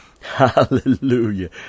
Hallelujah